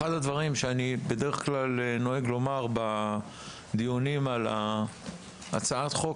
אחד הדברים שאני בדרך כלל נוהג לומר בדיונים על הצעת החוק